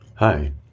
Hi